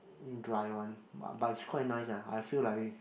mm dry one but but it's quite nice ah I feel like